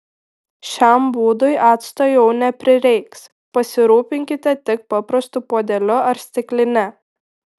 šiam būdui acto jau neprireiks pasirūpinkite tik paprastu puodeliu ar stikline